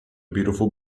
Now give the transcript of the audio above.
beautiful